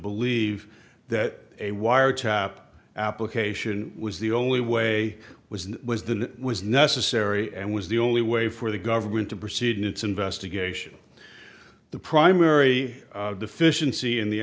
believe that a wiretap application was the only way was was that was necessary and was the only way for the government to proceed in its investigation the primary deficiency in the